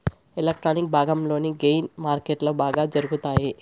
electronic భాగంలోని gain మార్కెట్లో బాగా జరుగుతాయి